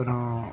அப்புறம்